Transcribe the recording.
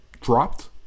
dropped